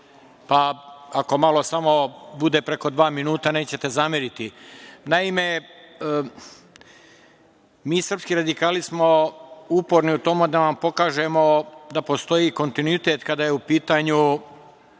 Ako malo samo bude preko dva minuta, nećete zameriti. Naime, mi srpski radikali smo uporni u tome da vam pokažemo da postoji kontinuitet kada je u pitanju